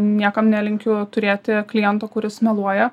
niekam nelinkiu turėti kliento kuris meluoja